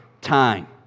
time